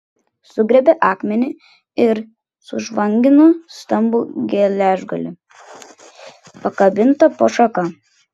sugriebė akmenį ir sužvangino stambų geležgalį pakabintą po šaka